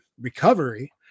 recovery